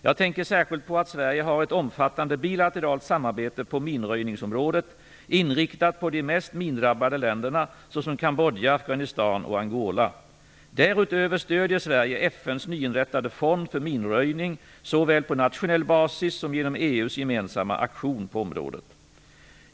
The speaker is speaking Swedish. Jag tänker särskilt på att Sverige har ett omfattande bilateralt samarbete på minröjningsområdet inriktat på de mest mindrabbade länderna såsom Sverige FN:s nyinrättade fond för minröjning såväl på nationell basis som genom EU:s gemensamma aktion på området.